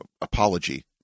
apology